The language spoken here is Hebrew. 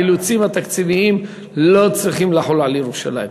האילוצים התקציביים לא צריכים לחול על ירושלים.